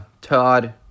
Todd